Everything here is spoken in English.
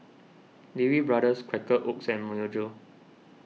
Lee Wee Brothers Quaker Oats and Myojo